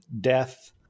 death